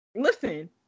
listen